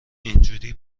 اینجوری